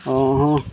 ଓ ହ